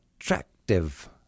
attractive